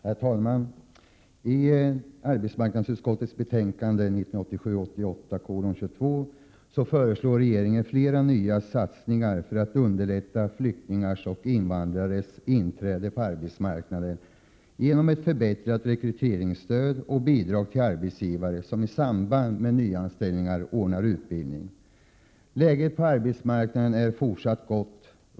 Herr talman! I arbetsmarknadsutskottets betänkande 1987/88:22 föreslår regeringen flera nya satsningar för att underlätta flyktingars och invandrares inträde på arbetsmarknaden genom ett förbättrat rekryteringsstöd och bidrag till arbetsgivare som i samband med nyanställning ordnar utbildning. Läget på arbetsmarknaden är fortsatt gott.